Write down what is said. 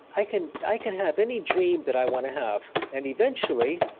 i can i can have any dream that i want to have. and eventually,